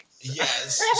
Yes